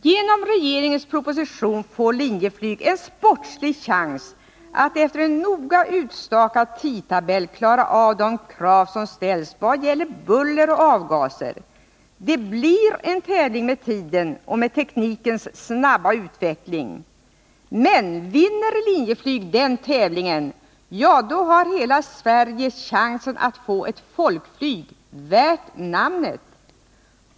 Genom regeringens proposition får Linjeflyg en sportslig chans att efter en noga utstakad tidtabell klara av de krav som ställs vad det gäller buller och avgaser. Det blir en tävling med tiden och med teknikens snabba utveckling. Men vinner Linjeflyg den tävlingen, då har hela Sverige chans att få ett folkflyg värt namnet.